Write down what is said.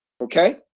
Okay